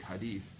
hadith